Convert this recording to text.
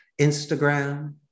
Instagram